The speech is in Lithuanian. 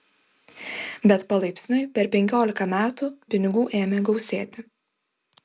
bet palaipsniui per penkiolika metų pinigų ėmė gausėti